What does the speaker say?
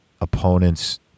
opponent's